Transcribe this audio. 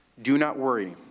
do not worry.